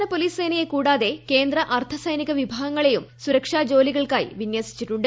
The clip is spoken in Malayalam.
സംസ്ഥാന പോലീസ് സേനയെ കൂടാതെ കേന്ദ്ര അർദ്ധ സൈനിക വിഭാഗങ്ങളെയും സുരക്ഷാ ജോലികൾക്കായി വിന്യസിച്ചിട്ടുണ്ട്